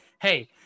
hey